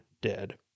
dead